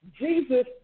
Jesus